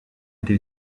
été